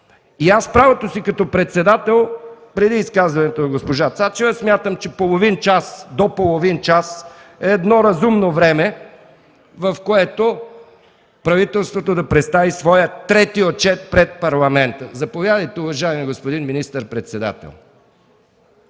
Аз в правото си като председател, преди изказването на госпожа Цачева, смятам, че до половин час е едно разумно време, в което правителството да представи своя трети отчет пред Парламента. Заповядайте, уважаеми господин министър-председател.